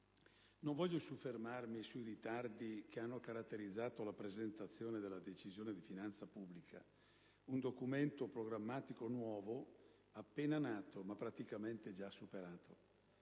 non intendo soffermarmi sui ritardi che hanno caratterizzato la presentazione della Decisione di finanza pubblica (DFP), un documento programmatico nuovo, appena nato, ma praticamente già superato.